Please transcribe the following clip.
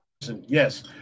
yes